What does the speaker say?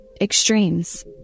extremes